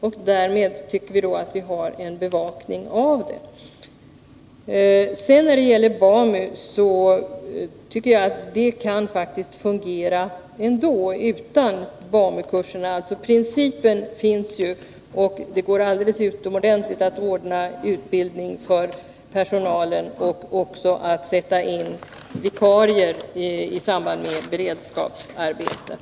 Vi tycker att vi på detta sätt har en bevakning av verksamheten. När det sedan gäller BAMU tycker jag faktiskt att det hela fungerar ändå, utan BAMU-kurserna. Principen finns, och det går alldeles utomordentligt att ordna utbildning för personalen och även att sätta in vikarier i samband med beredskapsarbeten.